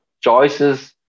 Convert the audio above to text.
choices